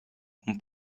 con